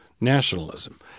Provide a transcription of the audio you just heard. nationalism